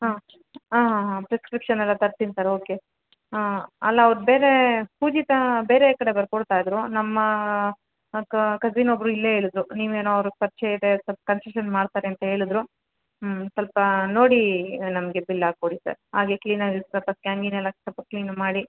ಹಾಂ ಹಾಂ ಹಾಂ ಹಾಂ ಪ್ರಿಸ್ಕ್ರಿಪ್ಷನ್ ಎಲ್ಲ ತರ್ತೀನಿ ಸರ್ ಓಕೆ ಅಲ್ಲ ಅವ್ರು ಬೇರೆ ಪೂಜಿತಾ ಬೇರೆ ಕಡೆ ಬರ್ಕೊಡ್ತಾ ಇದ್ದರು ನಮ್ಮ ಕಸಿನ್ ಒಬ್ಬರು ಇಲ್ಲೇ ಹೇಳಿದ್ರು ನೀವೇನೋ ಅವ್ರಿಗೆ ಪರಿಚಯ ಇದೆ ಸ್ವಲ್ಪ ಕನ್ಸೆಷನ್ ಮಾಡ್ತಾರೆ ಅಂತ ಹೇಳಿದ್ರು ಹ್ಞೂ ಸ್ವಲ್ಪ ನೋಡಿ ನಮಗೆ ಬಿಲ್ ಹಾಕ್ಕೊಡಿ ಸರ್ ಹಾಗೆ ಕ್ಲೀನಾಗಿ ಸ್ವಲ್ಪ ಸ್ಕ್ಯಾನ್ ಗೀನ್ ಎಲ್ಲ ಸ್ವಲ್ಪ ಕ್ಲೀನ್ ಮಾಡಿ